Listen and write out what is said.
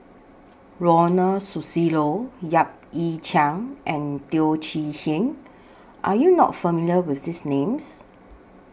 Ronald Susilo Yap Ee Chian and Teo Chee Hean Are YOU not familiar with These Names